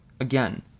Again